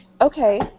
Okay